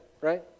right